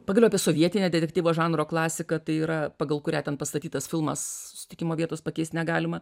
pagaliau apie sovietinę detektyvo žanro klasiką tai yra pagal kurią ten pastatytas filmas susitikimo vietos pakeist negalima